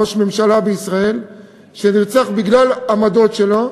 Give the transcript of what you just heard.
ראש ממשלה בישראל שנרצח בגלל העמדות שלו,